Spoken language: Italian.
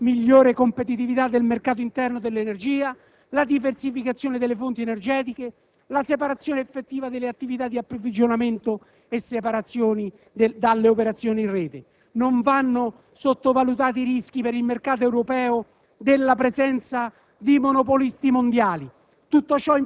attraverso un piano di azione globale, in grado di assicurare migliore competitività del mercato interno dell'energia, la diversificazione delle fonti energetiche, la separazione effettiva delle attività di approvvigionamento dalle operazioni in rete. Non vanno sottovalutati i rischi per il mercato europeo